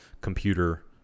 computer